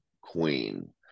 queen